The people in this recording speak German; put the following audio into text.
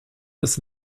des